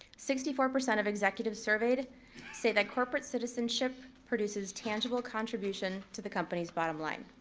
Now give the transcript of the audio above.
sixty four percent of executives surveyed say that corporate citizenship produces tangible contribution to the company's bottom line.